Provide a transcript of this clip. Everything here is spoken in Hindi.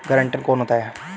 गारंटर कौन होता है?